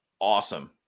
awesome